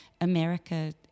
America